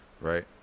Right